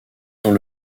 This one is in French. dans